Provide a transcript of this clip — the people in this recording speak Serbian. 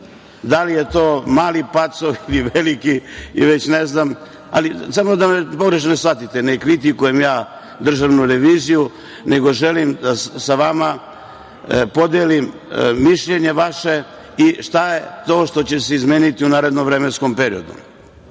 da li je to mali pacov ili veliki ili ne znam. Samo da me ne shvatite pogrešno, ne kritikujem ja Državnu reviziju, nego želim da sa vama podelim mišljenje vaše i šta je to što će se izmeniti u narednom vremenskom periodu. Dalje,